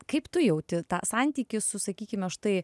kaip tu jauti tą santykį su sakykime štai